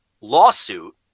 lawsuit